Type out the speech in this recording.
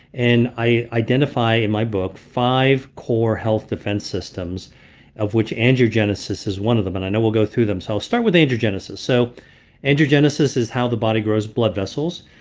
and i identify in my book five core health defense systems of which angiogenesis is one of them. and i know we'll go through them i'll so start with angiogenesis. so angiogenesis is how the body grows blood vessels.